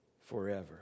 forever